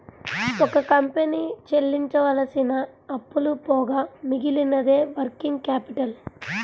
ఒక కంపెనీ చెల్లించవలసిన అప్పులు పోగా మిగిలినదే వర్కింగ్ క్యాపిటల్